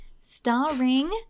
starring